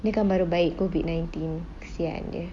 dia kan baru baik COVID nineteen kesian dia